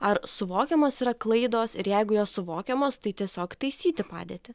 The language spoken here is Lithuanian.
ar suvokiamos yra klaidos ir jeigu jos suvokiamos tai tiesiog taisyti padėtį